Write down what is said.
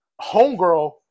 Homegirl